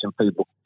people